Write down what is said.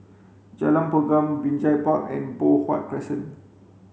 Jalan Pergam Binjai Park and Poh Huat Crescent